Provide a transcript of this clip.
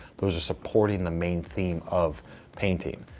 those are supporting the main theme of painting.